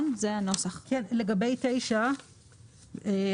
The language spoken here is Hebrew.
לגבי סעיף 9,